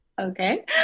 Okay